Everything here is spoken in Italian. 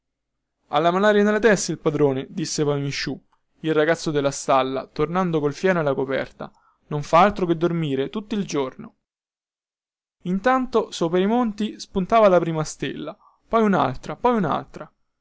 ha la malaria nella testa il padrone disse poi misciu il ragazzo della stalla tornando col fieno e la coperta non fa altro che dormire tutto il giorno intanto sopra i monti spuntava la prima stella poi unaltra poi unaltra